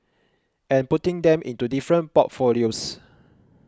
and putting them into different portfolios